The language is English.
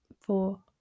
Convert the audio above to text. four